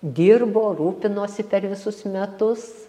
dirbo rūpinosi per visus metus